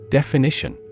Definition